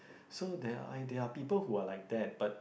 so there are I there are people who are like that but